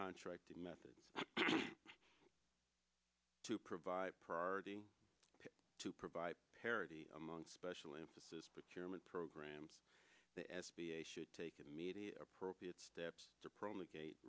contracting method to provide priority to provide parity among special emphasis but your main programs the s b a should take immediate appropriate steps to promulgate